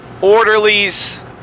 orderlies